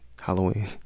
Halloween